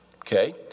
Okay